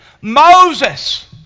Moses